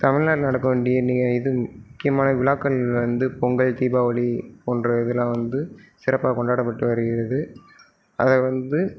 தமிழ்நாட்டில் நடக்க வேண்டிய மிக இது முக்கியமான விழாக்கள் வந்து பொங்கல் தீபாவளி போன்ற இதெல்லாம் வந்து சிறப்பாக கொண்டாடப்பட்டு வருகிறது அதை வந்து